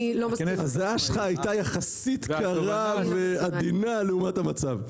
הדעה שלך הייתה יחסית --- ועדינה לעומת המצב.